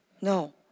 No